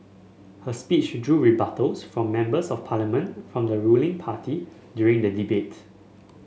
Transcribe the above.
her speech drew rebuttals from Members of Parliament from the ruling party during the debate